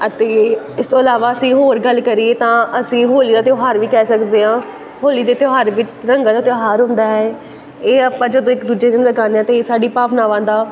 ਅਤੇ ਇਸ ਤੋਂ ਇਲਾਵਾ ਅਸੀਂ ਹੋਰ ਗੱਲ ਕਰੀਏ ਤਾਂ ਅਸੀਂ ਹੋਲੀ ਦਾ ਤਿਉਹਾਰ ਵੀ ਕਹਿ ਸਕਦੇ ਹਾਂ ਹੋਲੀ ਦੇ ਤਿਉਹਾਰ ਵਿੱਚ ਰੰਗਾਂ ਦਾ ਤਿਉਹਾਰ ਹੁੰਦਾ ਹੈ ਇਹ ਆਪਾਂ ਜਦੋਂ ਇੱਕ ਦੂਜੇ ਨੂੰ ਲਗਾਉਂਦੇ ਹਾਂ ਤਾਂ ਇਹ ਸਾਡੀ ਭਾਵਨਾਵਾਂ ਦਾ